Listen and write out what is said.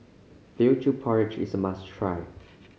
Teochew Porridge is a must try